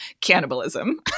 cannibalism